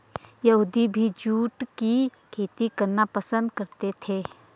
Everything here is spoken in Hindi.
यहूदी भी जूट की खेती करना पसंद करते थे